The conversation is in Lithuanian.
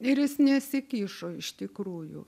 ir jis nesikišo iš tikrųjų